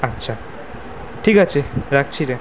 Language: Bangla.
আচ্ছা ঠিক আছে রাখছি রে